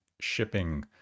shipping